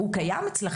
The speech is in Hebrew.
הערוץ הזה קיים אצלכם,